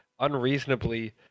Unreasonably